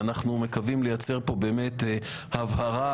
ואנחנו מקווים לייצר פה באמת הבהרה,